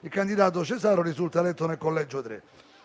Il candidato Cesaro risulta eletto nel collegio 3.